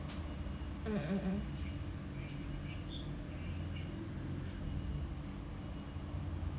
mm mm mm